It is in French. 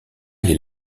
les